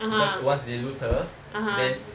cause once they lose her then